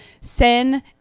Sin